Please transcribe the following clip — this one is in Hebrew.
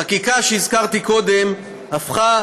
החקיקה שהזכרתי קודם הפכה,